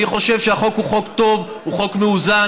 אני חושב שהחוק הוא חוק טוב, הוא חוק מאוזן.